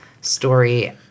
story